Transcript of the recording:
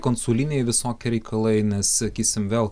konsuliniai visokie reikalai nes sakysim vėl